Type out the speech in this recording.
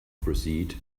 proceed